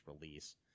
release